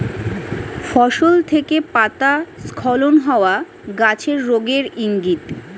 ফসল থেকে পাতা স্খলন হওয়া গাছের রোগের ইংগিত